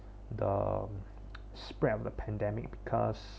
the spread of the pandemic because